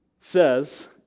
says